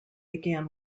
began